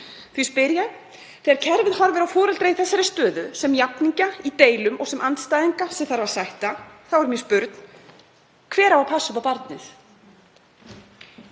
Því spyr ég: Þegar kerfið horfir á foreldra í þessari stöðu sem jafningja í deilum og sem andstæðinga sem þarf að sætta, hver á þá að passa upp á barnið?